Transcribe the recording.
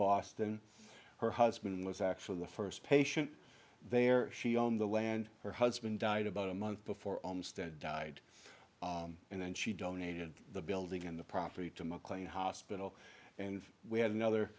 boston her husband was actually the first patient there she owned the land her husband died about a month before almost dead died and then she donated the building and the property to mclean hospital and we had another